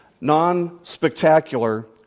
non-spectacular